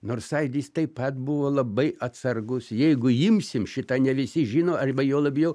nors sąjūdis taip pat buvo labai atsargus jeigu imsim šitą ne visi žino arba juo labiau